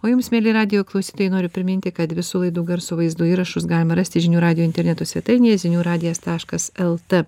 o jums mieli radijo klausytojai noriu priminti kad visų laidų garso vaizdo įrašus galima rasti žinių radijo interneto svetainėje zinių radijas taškas lt